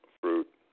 fruit